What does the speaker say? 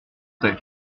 prêt